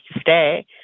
stay